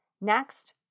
Next